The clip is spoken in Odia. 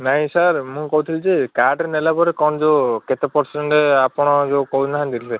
ନାଇଁ ସାର୍ ମୁଁ କହୁଥିଲି ଯେ କାର୍ଡ଼ରେ ନେଲା ପରେ କ'ଣ ଯେଉଁ କେତେ ପର୍ସେଣ୍ଟ୍ ଆପଣ ଯେଉଁ କହୁ ନାହାଁନ୍ତି